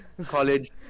College